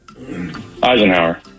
Eisenhower